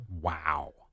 Wow